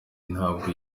ntabwo